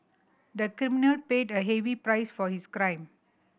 the criminal paid a heavy price for his crime